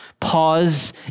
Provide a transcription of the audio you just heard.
Pause